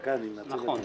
נכון.